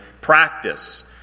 practice